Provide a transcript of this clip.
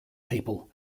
people